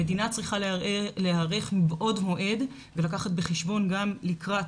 המדינה צריכה להיערך מבעוד מועד ולקחת בחשבון גם לקראת